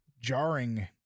jarring